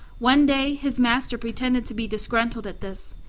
one day his master pretended to be disgusted at this,